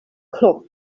club